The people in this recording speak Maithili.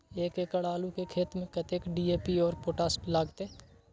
एक एकड़ आलू के खेत में कतेक डी.ए.पी और पोटाश लागते?